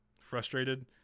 frustrated